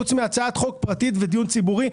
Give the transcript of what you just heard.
חוץ מהצעת חוק פרטית ודיון ציבורי,